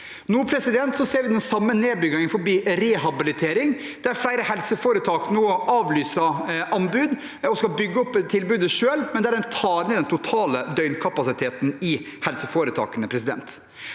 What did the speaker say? Nå ser vi den samme nedbyggingen innen rehabilitering, der flere helseforetak nå avlyser anbud og skal bygge opp tilbudet selv, men der en tar ned den totale døgnkapasiteten i helseforetakene.